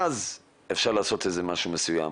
ואז אפשר לעשות משהו מסוים,